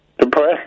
depressed